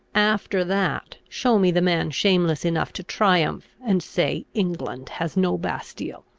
after that, show me the man shameless enough to triumph, and say, england has no bastile!